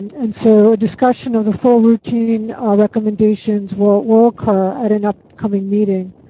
and so a discussion of the full routine recommendations will will occur at an upcoming meeting.